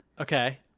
Okay